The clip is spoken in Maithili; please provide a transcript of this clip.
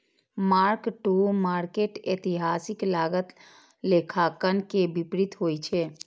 मार्क टू मार्केट एतिहासिक लागत लेखांकन के विपरीत होइ छै